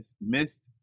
missed